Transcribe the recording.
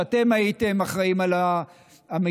כשאתם הייתם אחראים למשטרה,